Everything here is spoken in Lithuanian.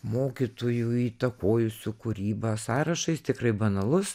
mokytojų įtakojusių kūrybą sąrašą jis tikrai banalus